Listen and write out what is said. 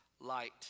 light